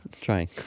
trying